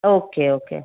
okay okay